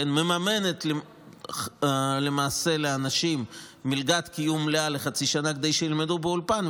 מממנת למעשה לאנשים מלגת קיום לחצי שנה כדי שילמדו באולפן,